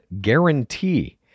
guarantee